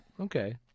Okay